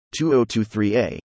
2023A